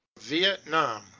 Vietnam